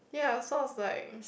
ya sort of like